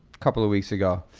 couple of weeks ago,